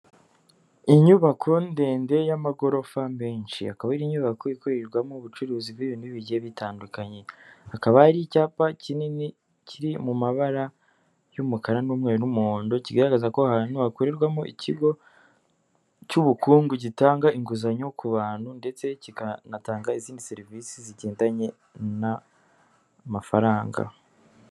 Inyubako ndende y'amagorofa menshi, akaba ari inyubako ikorerwamo ubucuruzi bw'ibintu bigiye bitandukanye, hakaba hari icyapa kinini kiri mu mabara y'umukara n'umweru n'umuhondo kigaragaza ko aho hantu hakorerwamo ikigo cy'ubukungu gitanga inguzanyo ku bantu ndetse kikanatanga izindi serivisi zigendanye n'amafaranga.